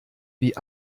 wie